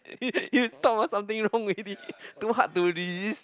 you stop ah something wrong already too hard to resist